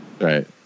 right